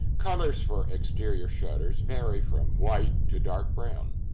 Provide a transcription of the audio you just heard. colors for exterior shutters vary from white to dark brown.